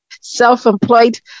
Self-employed